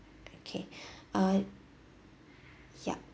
okay uh yup